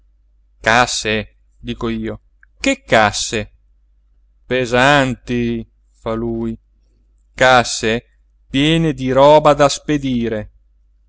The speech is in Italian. casse dico io che casse pesanti fa lui casse piene di roba da spedire